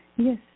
Yes